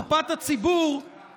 מקופת הציבור,